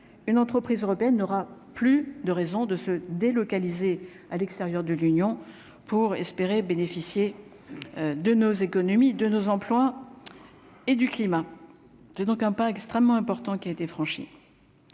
une entreprise européenne n'aura plus de raison de se délocaliser à l'extérieur de l'Union pour espérer bénéficier de nos économies de nos employes et du climat, c'est donc un pas extrêmement important qui a été franchi